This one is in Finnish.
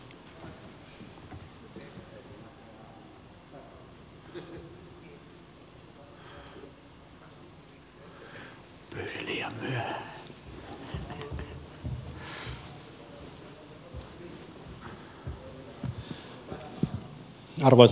arvoisa puhemies